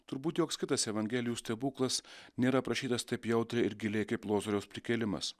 turbūt joks kitas evangelijų stebuklas nėra aprašytas taip jautriai ir giliai kaip lozoriaus prikėlimas